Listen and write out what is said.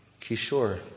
Kishore